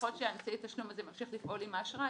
ככל שאמצעי התשלום הזה ממשיך לפעול עם האשראי,